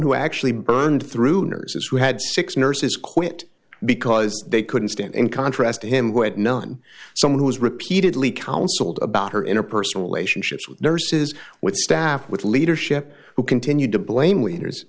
who actually burned through nurses who had six nurses quit because they couldn't stand in contrast to him what known someone who was repeatedly counseled about her interpersonal relationships with nurses with staff with leadership who continued to blame